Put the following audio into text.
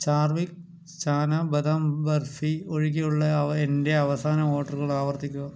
ചാർവിക് ചാനാ ബദാം ബർഫി ഒഴികെയുള്ളയവ എന്റെ അവസാന ഓഡ്റുകൾ ആവർത്തിക്കുക